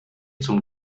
zum